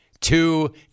Two